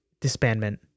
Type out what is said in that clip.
disbandment